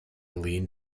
leaned